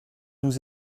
nous